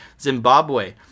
Zimbabwe